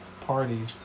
parties